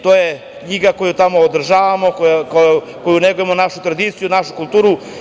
To je igra koju tamo održavamo, kojom negujemo našu tradiciju, našu kulturu.